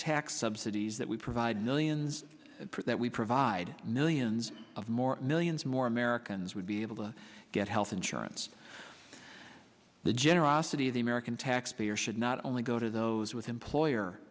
tax subsidies that we provide millions that we provide no ians of more millions more americans would be able to get health insurance the generosity of the american taxpayer should not only go to those with employer